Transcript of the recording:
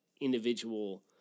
individual